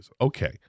Okay